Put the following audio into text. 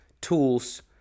tools